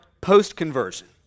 post-conversion